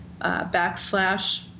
backslash